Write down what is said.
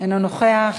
אינו נוכח,